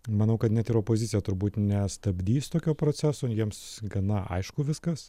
manau kad net ir opozicija turbūt nestabdys tokio proceso jiems gana aišku viskas